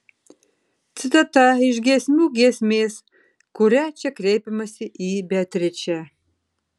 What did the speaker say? citata iš giesmių giesmės kuria čia kreipiamasi į beatričę